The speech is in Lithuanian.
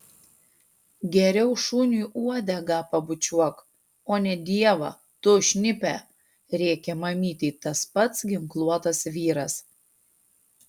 geriau šuniui uodegą pabučiuok o ne dievą tu šnipe rėkė mamytei tas pats ginkluotas vyras